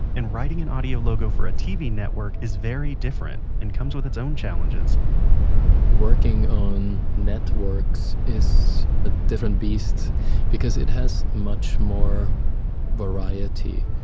and writing an audio logo for a tv network is very different, and comes with its own challenges working on networks is, a different beast because it has much more variety.